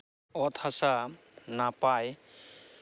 ᱚᱛ ᱦᱟᱥᱟ ᱱᱟᱯᱟᱭ